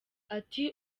ati